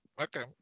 Okay